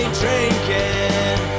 drinking